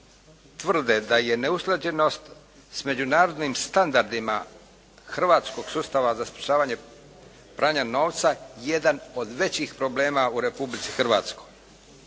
tvrde da je neusklađenost s međunarodnim standardima hrvatskog sustava za sprječavanje pranja novca jedan od većih problema u Republici Hrvatskoj.